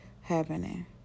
happening